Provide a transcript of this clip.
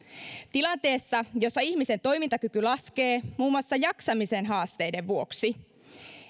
tilanteessa jossa ihmisten toimintakyky laskee muun muassa jaksamisen haasteiden vuoksi